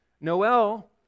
Noel